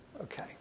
Okay